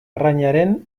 arrainaren